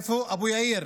איפה אבו יאיר?